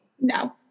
No